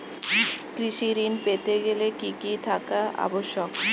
কৃষি ঋণ পেতে গেলে কি কি থাকা আবশ্যক?